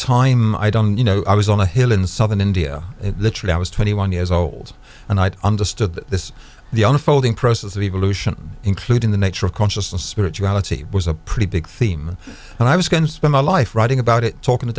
time i don't you know i was on a hill in southern india literally i was twenty one years old and i understood that this is the unfolding process of evolution including the nature of consciousness spirituality was a pretty big theme and i was going to spend my life writing about it talking